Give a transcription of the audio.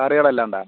കറികളെല്ലാം ഉണ്ടാവും